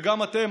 וגם אתם,